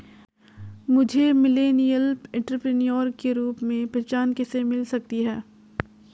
मुझे millennial entrepreneur के रूप में पहचान कैसे मिल सकती है?